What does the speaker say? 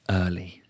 early